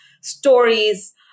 stories